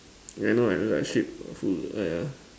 yeah I know I know the sheep full oh yeah